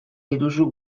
dituzu